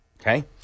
Okay